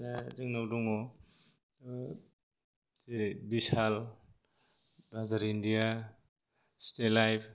दा जोंनाव दङ जेरै बिशाल बाजार इन्डिया सिटि लाइफ